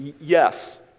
yes